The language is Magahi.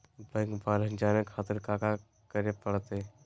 बैंक बैलेंस जाने खातिर काका करे पड़तई?